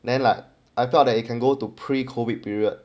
then like I thought that you can go to pre-COVID period